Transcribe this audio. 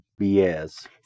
BS